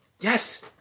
Yes